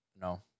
No